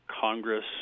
Congress